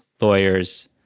lawyers